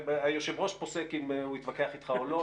היושב-ראש פוסק אם הוא התווכח איתך או לא.